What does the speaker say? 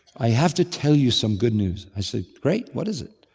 i have to tell you some good news. i said, great, what is it?